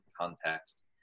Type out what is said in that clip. context